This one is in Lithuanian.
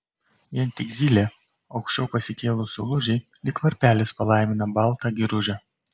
vien tik zylė aukščiau pasikėlus saulužei lyg varpelis palaimina baltą giružę